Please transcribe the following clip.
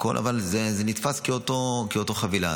אבל זה נתפס כאותה חבילה.